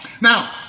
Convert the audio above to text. Now